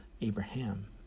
Abraham